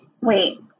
Wait